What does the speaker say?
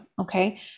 okay